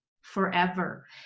forever